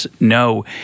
no